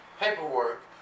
paperwork